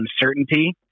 uncertainty